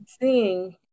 seeing